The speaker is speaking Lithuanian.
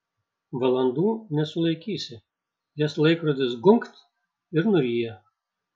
valandų nesulaikysi jas laikrodis gunkt ir nuryja